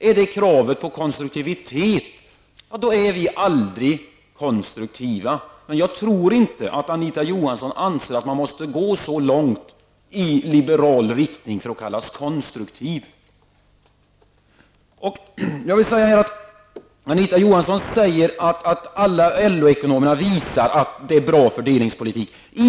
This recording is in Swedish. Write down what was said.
Är det kravet på konstruktivitet, då är vi aldrig konstruktiva. Jag tror inte att Anita Johansson anser att man måste gå så långt i liberal riktning för att kallas konstruktiv. Anita Johansson säger att alla LO-ekonomer visar att skattesystemet har en bra fördelningspolitisk effekt.